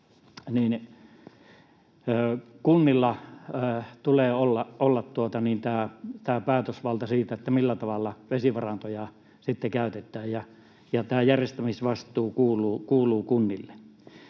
kunnilla tulee olla tämä päätösvalta siitä, millä tavalla vesivarantoja sitten käytetään, ja tämä järjestämisvastuu kuuluu kunnille.